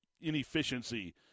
inefficiency